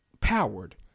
Powered